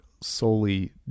solely